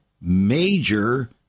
major